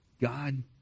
god